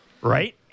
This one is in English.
right